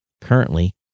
currently